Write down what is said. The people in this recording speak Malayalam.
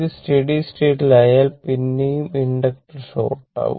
ഇത് സ്റ്റഡീസ്റ്റേറ്റിൽ ആയാൽ പിന്നെയും ഇൻഡക്ടർ ഷോർട്ട് ആവും